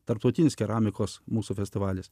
tarptautinis keramikos mūsų festivalis